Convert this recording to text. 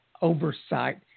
Oversight